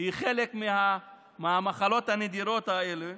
היא חלק מהמחלות הנדירות האלו.